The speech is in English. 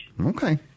Okay